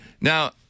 Now